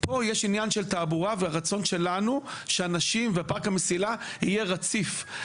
פה יש עניין של תעבורה והרצון שלנו ושאנשים שפארק המסילה יהיה רציף.